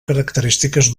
característiques